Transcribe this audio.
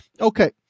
Okay